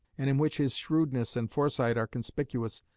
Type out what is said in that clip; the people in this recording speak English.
and in which his shrewdness and foresight are conspicuous,